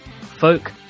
folk